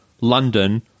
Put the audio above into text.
London